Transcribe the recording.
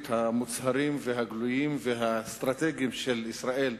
המוצהרים והגלויים והאסטרטגיים של ישראל,